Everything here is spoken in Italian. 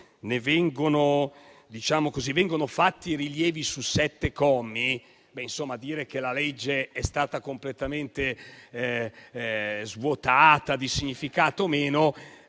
vengono fatti rilievi su sette di essi, dire che la legge è stata completamente svuotata di significato, o meno,